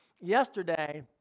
Yesterday